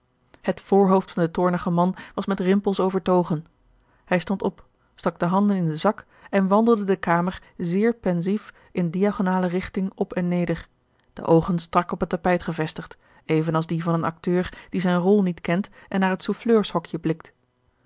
het voorhoofd van den toornigen man was met rimpels overtogen hij stond op stak de handen in den zak en wandelde de kamer zeer pensief in diagonale rigting op en neder de oogen strak op het tapijt gevestigd even als die van een acteur die zijne rol niet kent en naar het souffleurshokje blikt